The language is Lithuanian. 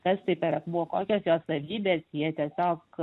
kas tai per akmuo kokios jo savybės jie tiesiog